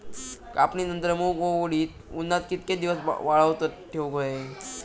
कापणीनंतर मूग व उडीद उन्हात कितके दिवस वाळवत ठेवूक व्हये?